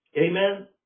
Amen